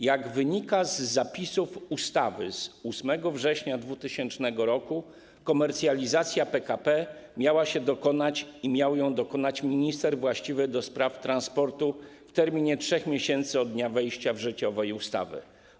Jak wynika z zapisów ustawy z 8 września 2000 r., komercjalizacja PKP miała się dokonać - miał jej dokonać minister właściwy do spraw transportu - w terminie 3 miesięcy od dnia wejścia w życie owej ustawy.